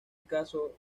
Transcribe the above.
caso